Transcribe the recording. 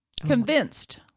Convinced